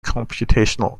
computational